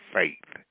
faith